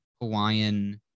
Hawaiian